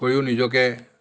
কৰিও নিজকে